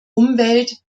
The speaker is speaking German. umwelt